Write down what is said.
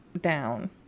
down